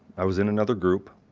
i was in another group.